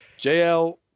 JL